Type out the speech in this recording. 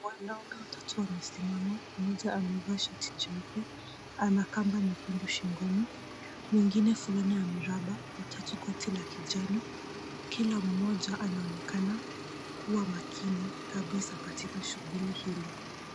Wanaume watatu wamesimama. Mmoja amevaa sharti jeupe, ana kamba nyekundu shingoni, mwingine fulana wa miraba, watatu koti la kijani. Kila mmoja anaonekana kuwa makini kabisa katika shughuli hili.